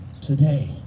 today